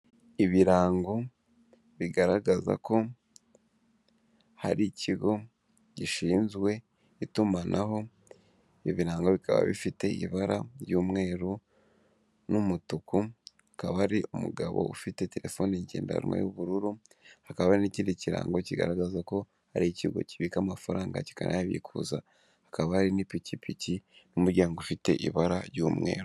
Ibirango bigaragaza ko hari ikigo gishinzwe itumanaho, ibirango bikaba bifite ibara ry'umweru n'umutuku, hakaba hari umugabo ufite telefoni ngendanwa y'ubururu, hakaba hari n'ikindi kirango kigaragaza ko ari ikigo kibika amafaranga kikanayabikuza, hakaba hari n'ipikipiki n'umuryango ufite ibara ry'umweru.